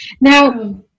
now